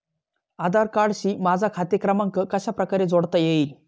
आधार कार्डशी माझा खाते क्रमांक कशाप्रकारे जोडता येईल?